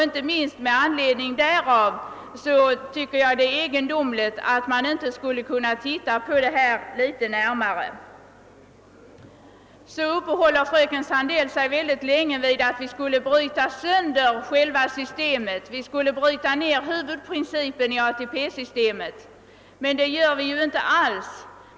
Inte minst med anledning därav tycker jag det är egendomligt att man inte skulle kunna se litet närmare på vårt förslag. Fröken Sandell uppehöll sig länge vid att vi genom vårt förslag skulle bryta ned huvudprincipen i ATP-systemet. Men det gör vi ju inte alls.